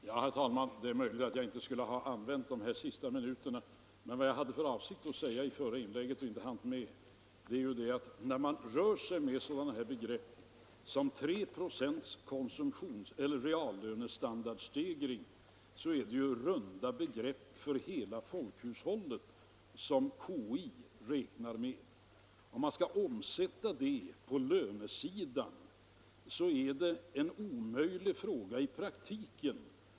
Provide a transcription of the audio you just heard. Herr talman! Det är möjligt att jag inte skulle ha använt de här sista minuterna. Vad jag hade för avsikt att säga i det förra inlägget men inte hann med var emellertid att när man rör sig med sådana här begrepp som 3 procents reallönestandardstegring är det ju runda siffror för hela folkhushållet som konjunkturinstitutet räknar med. Om man skall omsätta det på lönesidan blir det en omöjlig fråga.